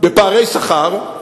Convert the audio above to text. בפערי שכר.